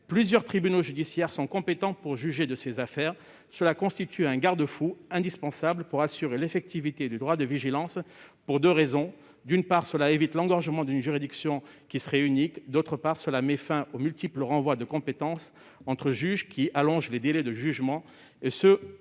plusieurs tribunaux judiciaires sont compétents pour juger de ces affaires. Cela constitue un garde-fou indispensable pour assurer l'effectivité du droit de vigilance pour deux raisons : d'une part, cela évite l'engorgement d'une juridiction qui serait unique ; d'autre part, cela met fin aux multiples renvois de compétences entre juges qui allongent les délais de jugement, et ce